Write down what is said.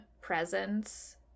presence